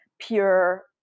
pure